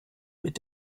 mit